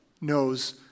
knows